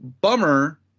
Bummer